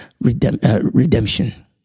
redemption